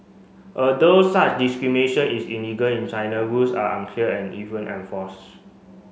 although such discrimination is illegal in China rules are unclear and even enforce